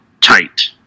tight